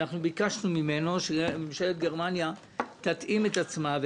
ביקשנו ממנו שממשלת גרמניה תתאים את עצמה,